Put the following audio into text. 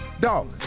Dog